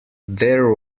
there